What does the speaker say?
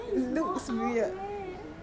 is supposed to be like you lah